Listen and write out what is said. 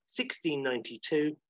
1692